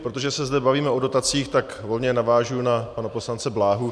Protože se zde bavíme o dotacích, tak volně navážu na pana poslance Bláhu.